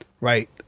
Right